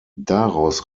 daraus